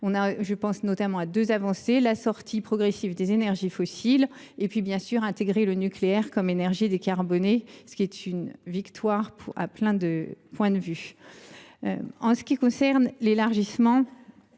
Je pense notamment à deux avancées, la sortie progressive des énergies fossiles et l’intégration du nucléaire comme énergie décarbonée, ce qui constitue une victoire à de nombreux points de vue. En ce qui concerne l’élargissement,